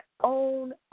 own